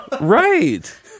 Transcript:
right